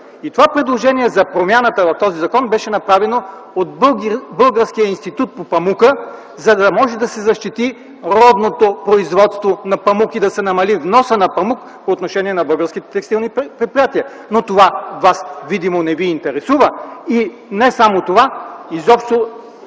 Това предложение за промяната в този закон беше направено от Българския институт по памука, за да може да се защити родното производство на памук и да се намали вносът му по отношение на българските текстилни предприятия, но това вас видимо не ви интересува и не само това, изобщо